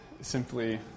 Simply